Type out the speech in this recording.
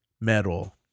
metal